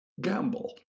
gamble